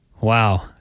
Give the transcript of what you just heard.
wow